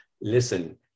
listen